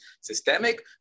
systemic